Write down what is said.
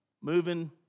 moving